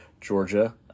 Georgia